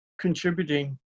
contributing